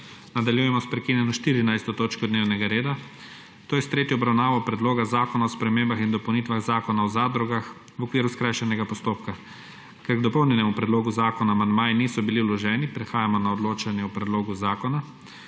Nadaljujemo s prekinjeno 14. točko dnevnega reda, to je s tretjo obravnavo Predloga zakona o spremembah in dopolnitvah Zakona o zadrugah v okviru skrajšanega postopka. Ker k dopolnjenemu predlogu zakona amandmaji niso bili vloženi, prehajamo na odločanje o predlogu zakona.